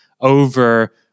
over